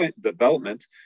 development